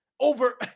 Over